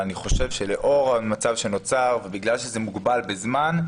אבל אני חושב שלאור המצב שנוצר ובגלל שזה מוגבל בזמן,